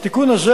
התיקון הזה,